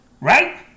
Right